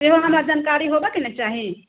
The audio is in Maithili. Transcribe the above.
सेहो हमरा जानकारी होबयके ने चाही